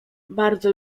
bardzo